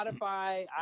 Spotify